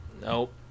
Nope